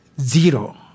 zero